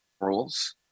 rules